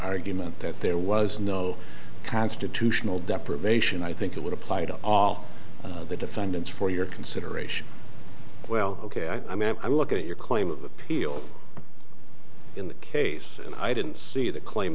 argument that there was no constitutional deprivation i think it would apply to all the defendants for your consideration well ok i mean i look at your claim of appeal in that case i didn't see the claim